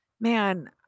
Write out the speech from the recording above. man